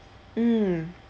mm